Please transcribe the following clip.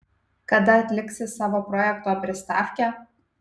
kada atliksi savo projekto pristavkę